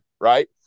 right